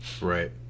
Right